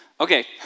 Okay